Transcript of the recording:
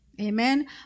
Amen